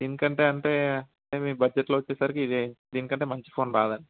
దీనికంటే అంటే ఇదే మీ బడ్జెట్లో వచ్చేసరికి ఇదే దీనికంటే మంచి ఫోన్ రాదు అండి